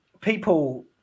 people